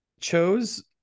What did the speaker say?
chose